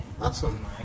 awesome